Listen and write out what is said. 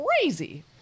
crazy